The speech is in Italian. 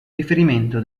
riferimento